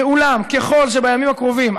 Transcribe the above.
אולם ככל שבימים הקרובים,